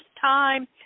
time